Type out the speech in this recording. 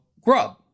grub